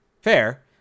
fair